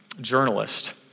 journalist